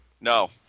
No